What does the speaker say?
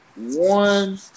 one